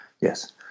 Yes